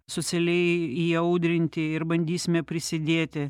socialiai įaudrinti ir bandysime prisidėti